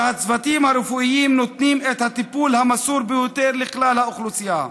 והצוותים הרפואיים נותנים את הטיפול המסור ביותר לכלל האוכלוסייה.